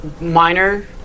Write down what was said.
Minor